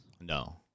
No